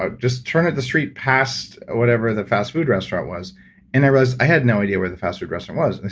ah just turn up the street past, whatever the fast food restaurant was and i was i had no idea where the fast food restaurant was. ah